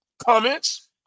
comments